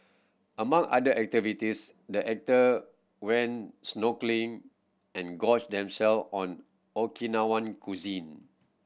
among other activities the actor went snorkelling and gorged themself on Okinawan cuisine